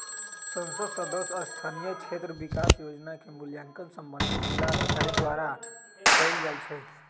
संसद सदस्य स्थानीय क्षेत्र विकास जोजना के मूल्यांकन संबंधित जिलाधिकारी द्वारा कएल जाइ छइ